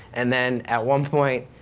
and then at one point,